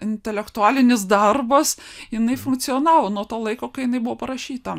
intelektualinis darbas jinai funkcionavo nuo to laiko kai jinai buvo parašyta